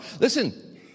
Listen